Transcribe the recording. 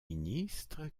ministre